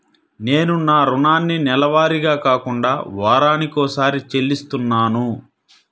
నేను నా రుణాన్ని నెలవారీగా కాకుండా వారానికోసారి చెల్లిస్తున్నాను